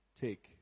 take